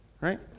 right